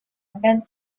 england